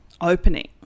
opening